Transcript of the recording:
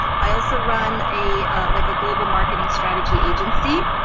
i also run a like global marketing strategy agency,